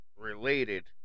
related